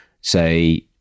say